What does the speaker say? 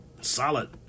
Solid